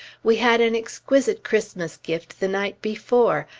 we had an exquisite christmas gift the night before,